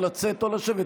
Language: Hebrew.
או לצאת או לשבת,